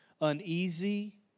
uneasy